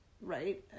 Right